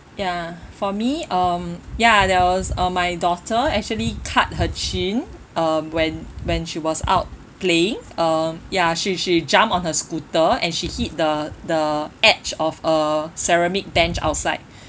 ya for me um ya there was uh my daughter actually cut her chin um when when she was out playing um ya she she jumped on her scooter and she hit the the edge of a ceramic bench outside